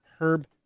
herb